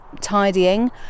tidying